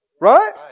Right